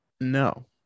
No